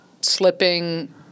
slipping